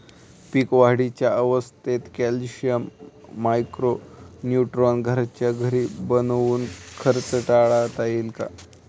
पीक वाढीच्या अवस्थेत calcium, micro nutrient घरच्या घरी बनवून खर्च टाळता येईल का?